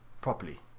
properly